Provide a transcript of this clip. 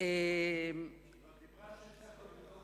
כבר דיברה שש דקות.